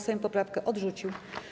Sejm poprawkę odrzucił.